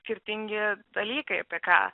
skirtingi dalykai apie ką